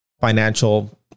financial